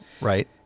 right